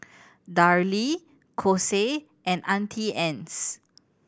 Darlie Kose and Auntie Anne's